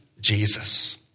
Jesus